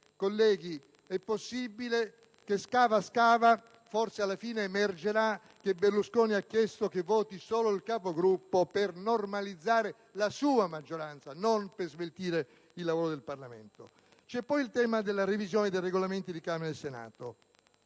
colleghi, è possibile che, scava scava, forse alla fine emergerà che Berlusconi ha chiesto che voti solo il Capogruppo per normalizzare la sua maggioranza, non per sveltire il lavoro del Parlamento. Vi è poi il tema della revisione dei Regolamenti di Camera e Senato.